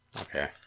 Okay